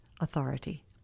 authority